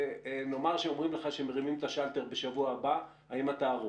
נאמר שאומרים לך שמרימים את השלטר בשבוע הבא האם אתה ערוך?